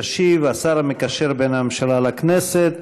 ישיב השר המקשר בין הממשלה לכנסת,